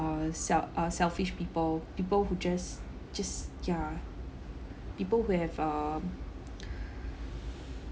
uh sel~ uh selfish people people who just just ya people who have um